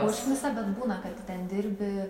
užknisa bet būna kad ten dirbi